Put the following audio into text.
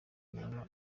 nyuma